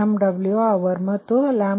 76 RsMWhr ಮತ್ತು 1max73